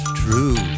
true